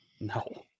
no